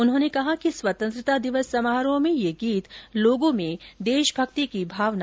उन्होंने कहा कि स्वतंत्रता दिवस समारोह में ये गीत लोगों में देशभक्ति की भावना पैदा करेगा